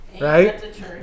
Right